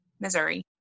Missouri